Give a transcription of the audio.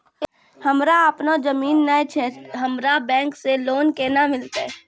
हमरा आपनौ जमीन नैय छै हमरा बैंक से लोन केना मिलतै?